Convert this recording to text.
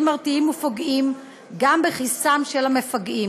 מרתיעים ופוגעים גם בכיסם של המפגעים.